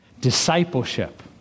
discipleship